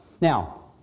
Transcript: Now